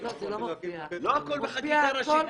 לא הכול בחקיקה ראשית.